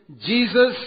Jesus